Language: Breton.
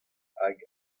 hag